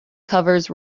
covers